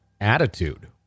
attitude